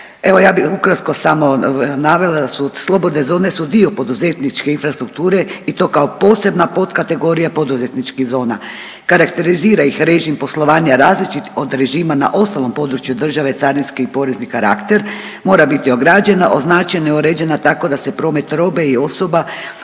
Evo ja bih ukratko samo navela da su slobodne zone dio poduzetničke infrastrukture i to kao posebna potkategorija poduzetničkih zona. Karakterizira ih režim poslovanja različit od režima na ostalom području države carinski i porezni karakter. Mora biti ograđena, označena i uređena tako da se promet robe i osoba